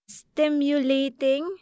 stimulating